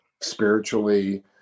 spiritually